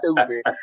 stupid